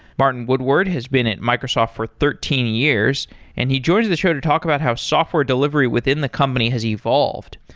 martin woodward has been at microsoft for thirteen years and he joins the show to talk about how software delivery within the company has evolved.